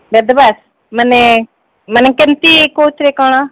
ବେଦବ୍ୟାସ ମାନେ ମାନେ କେମତି କୋଉଥିରେ କ'ଣ